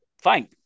fine